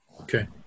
Okay